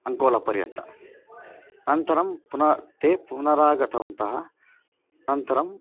अङ्कोलपर्यन्तम् अनन्तरं पुनः ते पुनरागतवन्तः अनन्तरं